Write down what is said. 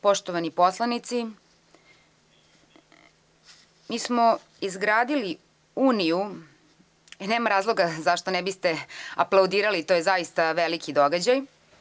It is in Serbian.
Poštovani poslanici, mi smo izgradili uniju i nema razloga zašto ne biste aplaudirali, to je zaista veliki događaj.